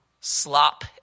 slop